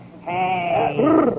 Hey